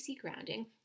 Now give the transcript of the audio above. grounding